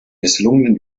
misslungenen